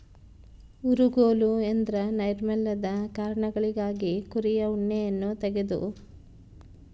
ಊರುಗೋಲು ಎಂದ್ರ ನೈರ್ಮಲ್ಯದ ಕಾರಣಗಳಿಗಾಗಿ ಕುರಿಯ ಉಣ್ಣೆಯನ್ನ ತೆಗೆದು